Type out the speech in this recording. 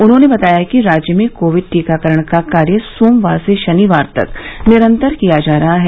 उन्होंने बताया कि राज्य में कोविड टीकाकरण का कार्य सोमवार से शनिवार तक निरन्तर किया जा रहा है